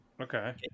okay